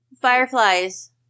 Fireflies